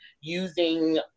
using